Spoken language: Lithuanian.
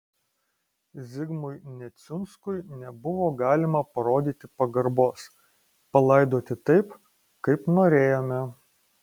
zigmui neciunskui nebuvo galima parodyti pagarbos palaidoti taip kaip norėjome